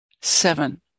Seven